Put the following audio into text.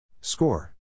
Score